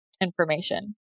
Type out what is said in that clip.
information